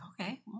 okay